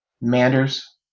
manders